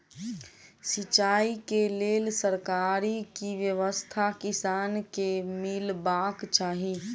सिंचाई केँ लेल सरकारी की व्यवस्था किसान केँ मीलबाक चाहि?